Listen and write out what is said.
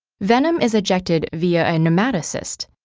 venom is ejected via a and nematocyst,